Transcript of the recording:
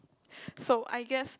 so I guess